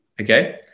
okay